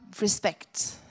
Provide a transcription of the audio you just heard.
respect